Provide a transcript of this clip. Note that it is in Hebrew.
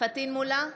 פטין מולא,